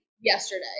yesterday